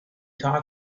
talked